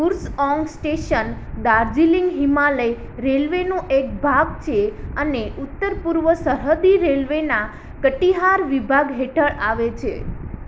Kurseong station Darjeeling Himalayan રેલ્વેનો એક ભાગ છે અને ઉત્તરપૂર્વ સરહદી રેલ્વેના કટિહાર વિભાગ હેઠળ આવે છે